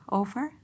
over